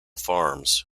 farms